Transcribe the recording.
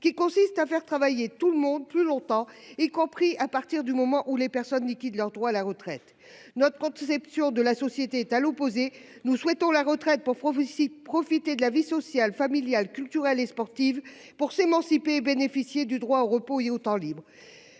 qui consiste à faire travailler tout le monde plus longtemps, y compris à partir du moment où les personnes liquident leurs droits à la retraite. Notre conception de la société est à l'opposé : nous souhaitons que la retraite permette de profiter de la vie sociale, familiale, culturelle et sportive, de s'émanciper, de bénéficier du droit au repos et au temps libre.